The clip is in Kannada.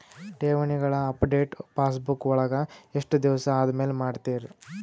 ಠೇವಣಿಗಳ ಅಪಡೆಟ ಪಾಸ್ಬುಕ್ ವಳಗ ಎಷ್ಟ ದಿವಸ ಆದಮೇಲೆ ಮಾಡ್ತಿರ್?